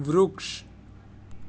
વૃક્ષ